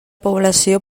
població